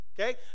okay